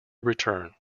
return